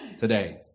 today